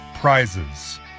prizes